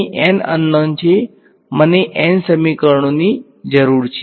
તેથી અહીં n અન નોન છે મને n સમીકરણોની જરૂર છે